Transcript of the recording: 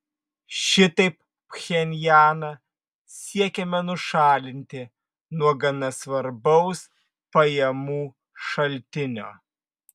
šitaip pchenjaną siekiama nušalinti nuo gana svarbaus pajamų šaltinio